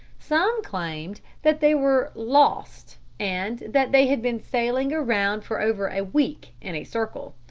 some claimed that they were lost and that they had been sailing around for over a week in a circle,